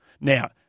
Now